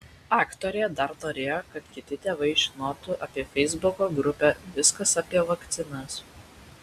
aktorė dar norėjo kad kiti tėvai žinotų apie feisbuko grupę viskas apie vakcinas